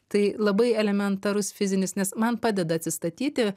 tai labai elementarus fizinis nes man padeda atsistatyti